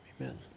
amen